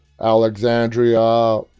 Alexandria